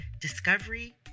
discovery